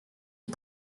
est